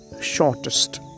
shortest